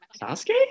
sasuke